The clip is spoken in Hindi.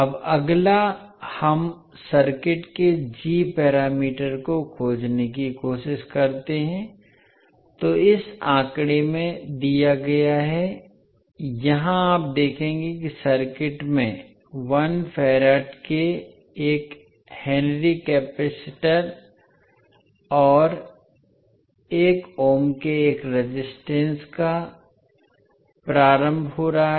अब अगला हम सर्किट के जी पैरामीटर को खोजने की कोशिश करते हैं जो इस आंकड़े में दिया गया है यहां आप देखेंगे कि सर्किट में 1 फैराड के एक हेनरी कैपेसिटर और 1 ओम के एक रेजिस्टेंस का प्रारंभ हो रहा है